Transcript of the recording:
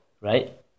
right